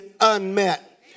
unmet